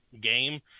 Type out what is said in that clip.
game